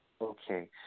Okay